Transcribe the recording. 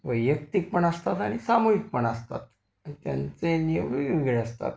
वैयक्तिक पण असतात आणि सामूहिक पण असतात त्यांचे नियम वेगवेगळे असतात